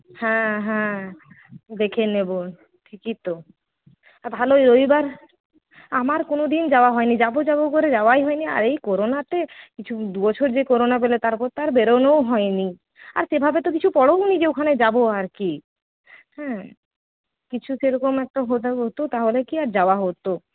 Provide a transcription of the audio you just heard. হ্যাঁ হ্যাঁ দেখে নেব ঠিকই তো আর ভালোই রবিবার আমার কোনোদিন যাওয়া হয়নি যাব যাব করে যাওয়াই হয়নি আর এই করোনাতে দুবছর যে করোনা গেল তারপর তো আর বেরোনোও হয়নি আর সেভাবে তো কিছু যে ওখানে যাব আর কি হ্যাঁ কিছু তো সেরকম একটা হতে হত তাহলে কি আর যাওয়া হত